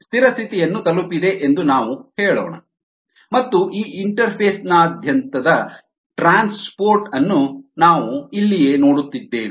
ಸ್ಥಿರ ಸ್ಥಿತಿಯನ್ನು ತಲುಪಿದೆ ಎಂದು ನಾವು ಹೇಳೋಣ ಮತ್ತು ಈ ಇಂಟರ್ಫೇಸ್ನಾದ್ಯಂತದ ಟ್ರಾನ್ಸ್ಪೋರ್ಟ್ ಅನ್ನು ನಾವು ಇಲ್ಲಿಯೇ ನೋಡುತ್ತಿದ್ದೇವೆ